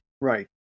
Right